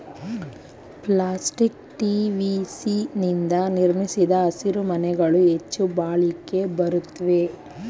plastic ಟಿ.ವಿ.ಸಿ ನಿಂದ ನಿರ್ಮಿಸಿದ ಹಸಿರುಮನೆಗಳು ಹೆಚ್ಚು ಬಾಳಿಕೆ ಬರುತ್ವೆ